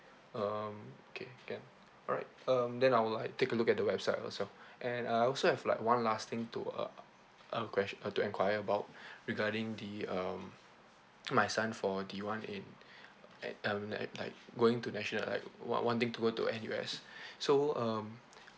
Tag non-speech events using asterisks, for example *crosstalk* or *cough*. um okay can alright um then I'll like take a look at the website myself and uh I also have like one last thing to uh um ques~ uh to enquire about *breath* regarding the um my son for the [one] in at um that like going to national like wan~ wanting to go to N_U_S *breath* so um